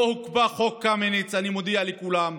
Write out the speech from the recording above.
לא הוקפא חוק קמיניץ, אני מודיע לכולם: